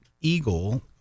eagle